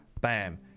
bam